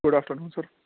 good after noon sir